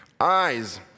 eyes